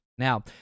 Now